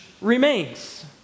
remains